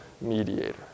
mediator